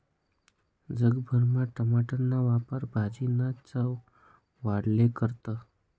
जग भरमा टमाटरना वापर भाजीना चव वाढाले करतस